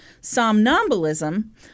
somnambulism